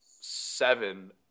seven